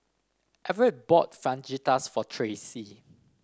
Everett bought Fajitas for Tracee